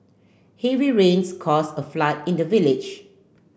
heavy rains caused a flood in the village